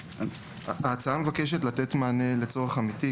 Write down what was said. ההצעה מבקשת לתת מענה לצורך אמיתי,